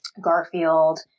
Garfield